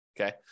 Okay